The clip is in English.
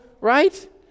right